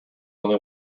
only